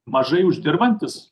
mažai uždirbantis